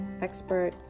expert